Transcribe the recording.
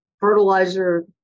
fertilizer